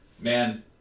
man